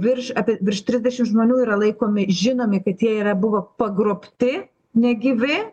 virš apie virš trisdešim žmonių yra laikomi žinomi kad jie yra buvo pagrobti negyvi